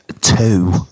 Two